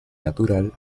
natural